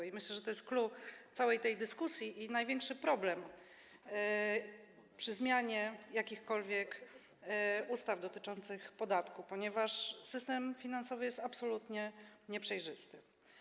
I myślę, że to jest clou całej tej dyskusji i największy problem przy zmianie jakichkolwiek ustaw dotyczących podatku, ponieważ system finansowy jest absolutnie nieprzejrzysty.